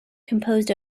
composed